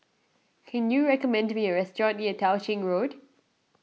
can you recommend me a restaurant near Tao Ching Road